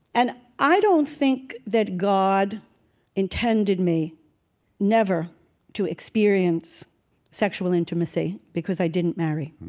and i don't think that god intended me never to experience sexual intimacy because i didn't marry.